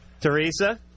Teresa